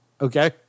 Okay